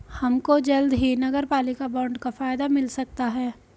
हमको जल्द ही नगरपालिका बॉन्ड का फायदा मिल सकता है